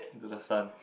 into the Sun